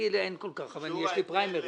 לי אין כל כך, יש לי פריימריז.